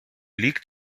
liegt